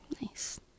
Nice